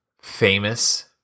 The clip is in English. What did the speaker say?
famous